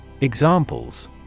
Examples